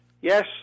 Yes